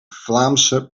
vlaamse